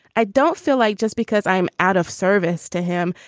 i don't feel like just because i'm out of service to him,